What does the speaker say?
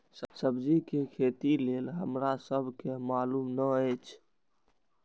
सब्जी के खेती लेल हमरा सब के मालुम न एछ?